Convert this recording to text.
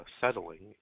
settling